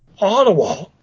Ottawa